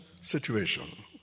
situation